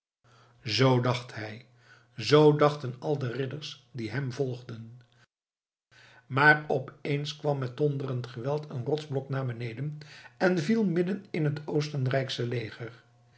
zoo dacht hij zoo dachten al de ridders die hem volgden maar opeens kwam met donderend geweld een rotsblok naar beneden en viel midden in het oostenrijksche leger